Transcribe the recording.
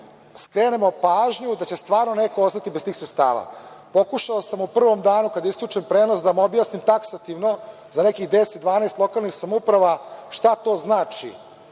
skrenemo pažnju da će stvarno neko ostati bez tih sredstava. Pokušao sam u prvom danu, kada je isključen prenos da vam objasnim taksativno za nekih deset, 12 lokalnih samouprava šta to znači